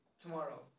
tomorrow